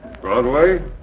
Broadway